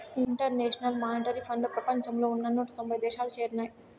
international Monetary ఫండ్లో ప్రపంచంలో ఉన్న నూట తొంభై దేశాలు చేరినాయి